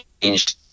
changed